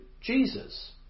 Jesus